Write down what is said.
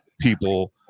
people